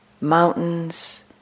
mountains